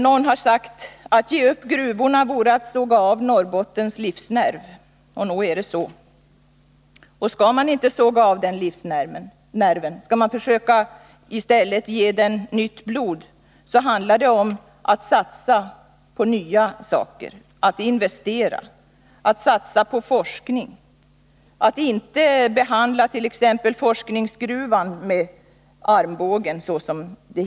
Någon har sagt: Att ge upp gruvorna vore att såga av Norrbottens livsnerv, och nog är det så. Skall man inte såga av den livsnerven, skall man i stället försöka ge den nytt blod, handlar det om att satsa på nya saker: att investera, att satsa på forskning, att inte som hittills behandla t.ex. forskningsgruvan med armbågen.